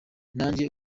nanjye